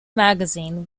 magazine